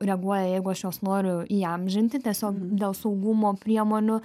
reaguoja jeigu aš juos noriu įamžinti tiesiog dėl saugumo priemonių